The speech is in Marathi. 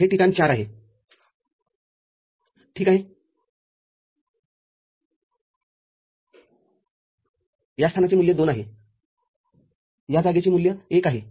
हे ठिकाण मूल्य ४ आहे ठीक आहेया स्थानाचे मूल्य २ आहेया जागेचे मूल्य १ आहे